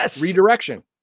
Redirection